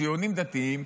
ציונים דתיים,